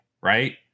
right